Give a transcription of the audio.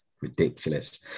ridiculous